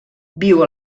viu